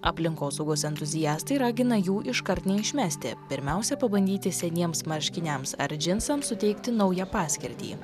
aplinkosaugos entuziastai ragina jų iškart neišmesti pirmiausia pabandyti seniems marškiniams ar džinsams suteikti naują paskirtį